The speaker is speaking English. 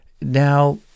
now